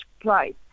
price